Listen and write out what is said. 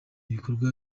bikorwa